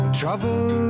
trouble